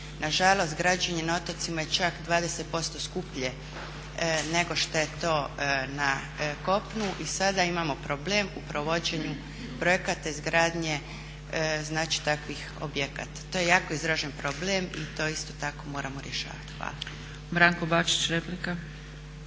Nažalost građene na otocima je čak 20% skuplje nego što je to na kopnu. I sada imamo problem u provođenju projekata izgradnje znači takvih objekata. To je jako izražen problem i to isto tako moramo rješavati. Hvala.